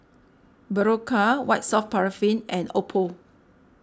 Berocca White Soft Paraffin and Oppo